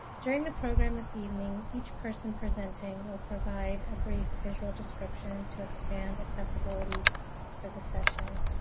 during the program this evening, each person presenting will provide a brief visual description to expand accessibility for the session.